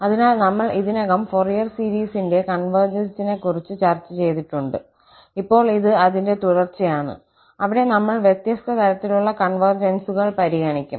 അതിനാൽ നമ്മൾ ഇതിനകം ഫൊറിയർ സീരീസിന്റെ കോൺവെർജൻസിനെക്കുറിച്ച് ചർച്ച ചെയ്തിട്ടുണ്ട് ഇപ്പോൾ ഇത് അതിന്റെ തുടർച്ചയാണ് അവിടെ നമ്മൾ വ്യത്യസ്ത തരത്തിലുള്ള കോൺവെർജൻസുകൾ പരിഗണിക്കും